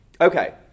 Okay